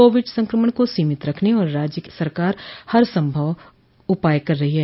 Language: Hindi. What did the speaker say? कोविड संक्रमण को सीमित रखने के लिए राज्य सरकार हर संभव उपाय कर रही है